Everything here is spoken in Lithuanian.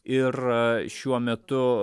ir šiuo metu